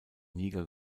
niger